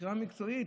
מבחינה מקצועית.